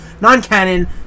non-canon